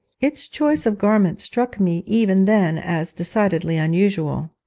its choice of garments struck me even then as decidedly unusual.